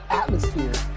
atmosphere